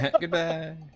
Goodbye